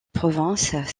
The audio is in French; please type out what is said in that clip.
province